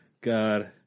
god